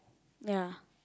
ya